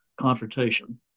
confrontation